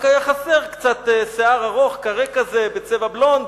רק היה חסר קצת שיער ארוך, קארה בצבע בלונד,